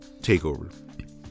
Takeover